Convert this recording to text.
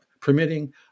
permitting